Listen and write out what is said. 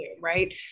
Right